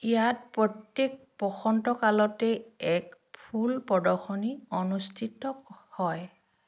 ইয়াত প্ৰত্যেক বসন্তকালতে এক ফুল প্ৰদৰ্শনী অনুষ্ঠিত হয়